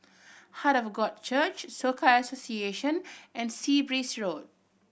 Heart of God Church Soka Association and Sea Breeze Road